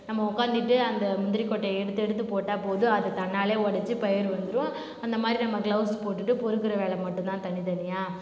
நம்ம உட்காந்துகிட்டு அந்த முந்திரி கொட்டையை எடுத்து எடுத்து போட்டால் போதும் அது தன்னாலேயே உடஞ்சி பயிர் வந்துடும் அந்த மாதிரி நம்ம க்ளவ்ஸ் போட்டுகிட்டு பொறுக்குற வேலை மட்டும் தான் தனி தனியாக